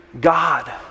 God